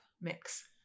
mix